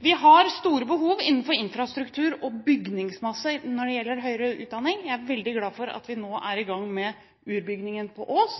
Vi har store behov innenfor infrastruktur og bygningsmasse når det gjelder høyere utdanning. Jeg er veldig glad for at vi nå er i gang med Urbygningen på Ås.